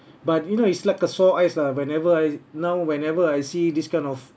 but you know it's like a sore eyes lah whenever I now whenever I see this kind of